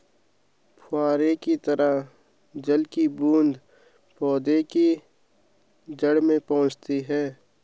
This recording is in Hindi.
फुहार की तरह जल की बूंदें पौधे के जड़ में पहुंचती है